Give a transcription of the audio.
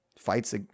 fights